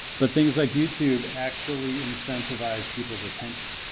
but things like youtube actually incentivize people's attention